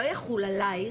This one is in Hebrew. לא יחול עליך.